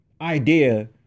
idea